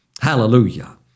Hallelujah